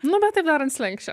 nu bet tai dar an slenksčio